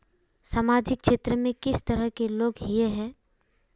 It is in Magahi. सामाजिक क्षेत्र में किस तरह के लोग हिये है?